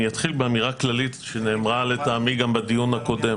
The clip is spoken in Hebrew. אני אתחיל באמירה כללית שנאמרה לטעמי גם בדיון הקודם.